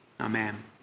amen